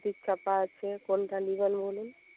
সুতির ছাপা আছে কোনটা নেবেন বলুন